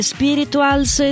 Spirituals